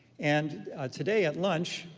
and today at lunch,